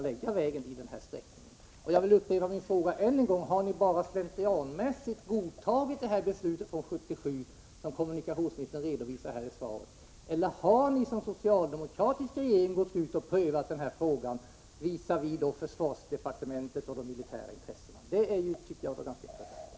Jag vill således upprepa frågan: Har ni bara slentrianmässigt godtagit beslutet från 1977, som kommunikationsministern redovisar i svaret, eller har ni som socialdemokratisk regering prövat frågan visavi försvarsdepartementet och de militära intressena? Det är angeläget att få svar på den frågan.